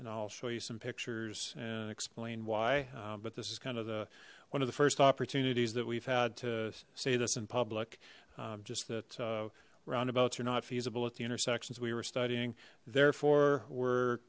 and i'll show you some pictures and explain why but this is kind of the one of the first opportunities that we've had to say this in public just that roundabouts are not feasible at the intersections we were studying therefore were